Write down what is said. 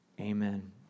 Amen